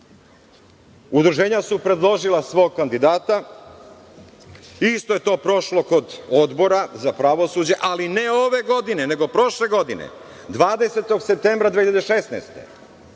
Udruženja su predložila svog kandidata. Isto je to prošlo kod Odbora za pravosuđe, ali ne ove godine, nego prošle godine, 20. septembra 2016.